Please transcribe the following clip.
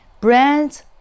Brands